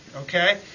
okay